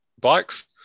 bikes